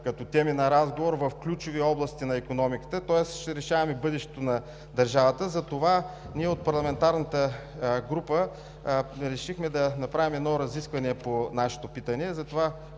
като теми на разговор по ключови области на икономиката, тоест ще решаваме бъдещето на държавата. От парламентарната ни група решихме да направим разискване по нашето питане.